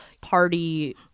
party